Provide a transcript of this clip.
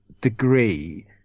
degree